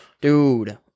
dude